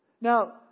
now